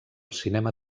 cinema